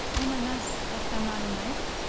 o my master hast thou not a knife?